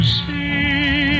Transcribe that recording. see